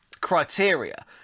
criteria